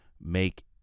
make